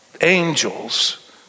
angels